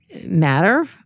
matter